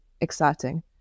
exciting